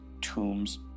tombs